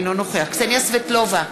אינו נוכח קסניה סבטלובה,